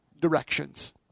directions